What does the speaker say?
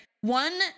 one